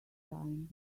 time